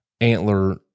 antler